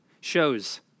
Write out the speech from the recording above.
shows